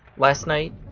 last night,